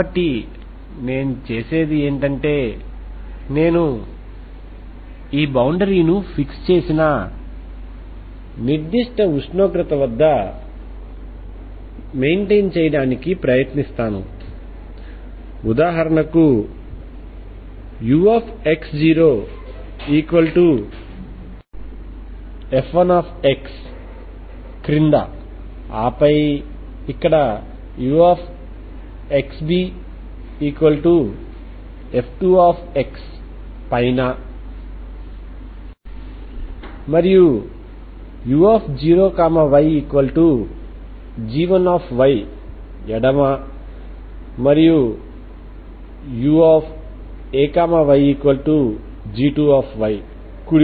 కాబట్టి నేను చేసేది ఏమిటంటే నేను ఈ బౌండరీ ను ఫిక్స్ చేసిన నిర్దిష్ట ఉష్ణోగ్రత వద్ద మెయింటెయిన్ చేయడానికి ప్రయత్నిస్తాను ఉదాహరణకు ux0f1xక్రింద ఆపై ఇక్కడ uxbf2xపైన మరియు u0yg1 ఎడమ మరియు uayg2కుడి